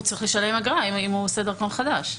הוא צריך לשלם אגרה אם הוא עושה דרכון חדש,